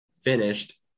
finished